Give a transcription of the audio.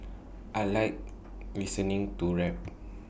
I Like listening to rap